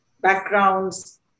backgrounds